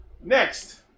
Next